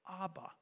Abba